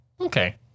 okay